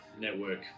network